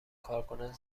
کارکنان